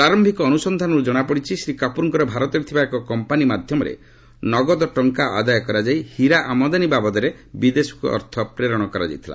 ପ୍ରାରୟିକ ଅନୁସନ୍ଧାନରୁ ଜଣାପଡ଼ିଛି ଶ୍ରୀ କାପୁର୍ଙ୍କର ଭାରତରେ ଥିବା ଏକ କମ୍ପାନୀ ମାଧ୍ୟମରେ ନଗଦ ଟଙ୍କା ଆଦାୟ କରାଯାଇ ହୀରା ଆମଦାନୀ ବାବଦରେ ବିଦେଶକ୍ତ ଅର୍ଥ ପ୍ରେରଣ କରାଯାଇଥିଲା